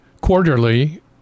quarterly